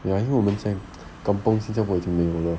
因为我们现在 kampung 新加坡已经没有了